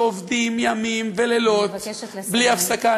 שעובדים ימים ולילות בלי הפסקה,